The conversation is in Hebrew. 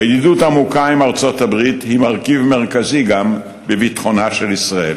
הידידות העמוקה עם ארצות-הברית היא גם מרכיב מרכזי בביטחונה של ישראל